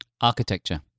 Architecture